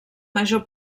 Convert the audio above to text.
major